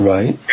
Right